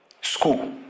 School